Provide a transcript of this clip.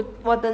什么